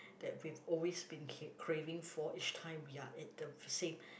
that we've always been ca~ craving for each time we are at the same